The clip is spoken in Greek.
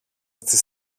στις